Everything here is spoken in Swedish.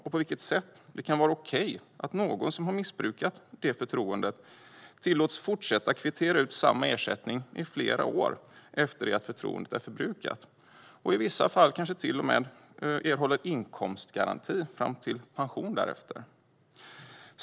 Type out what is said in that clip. Hur kan det vara okej att någon som missbrukat detta förtroende tillåts fortsätta att kvittera ut samma ersättning i flera år efter att förtroendet är förbrukat? I vissa fall erhåller personen i fråga även inkomstgaranti fram till pensionen.